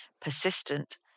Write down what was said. persistent